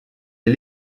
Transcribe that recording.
est